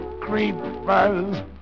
creepers